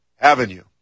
Avenue